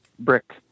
Brick